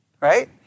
right